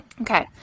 okay